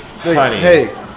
hey